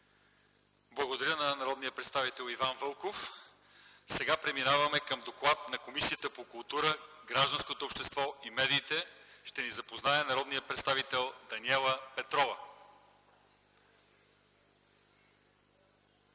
Благодаря на народния представител Иван Вълков. Преминаваме към доклада на Комисията по културата, гражданското общество и медиите. С него ще ни запознае народният представител Даниела Петрова.